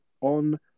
on